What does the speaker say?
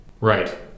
right